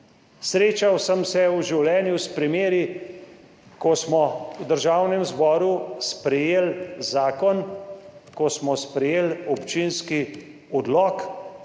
Srečal sem se v življenju s primeri, ko smo v Državnem zboru sprejeli zakon, ko smo sprejeli občinski odlok,